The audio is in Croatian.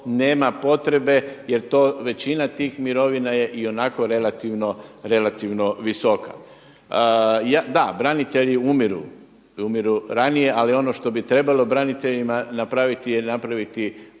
nema potrebe jer to većina tih mirovina je ionako relativno visoka. Da, branitelji umiru. Umiru ranije, ali ono što bi trebalo braniteljima napraviti je napraviti